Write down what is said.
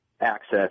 Access